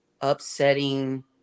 upsetting